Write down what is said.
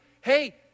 Hey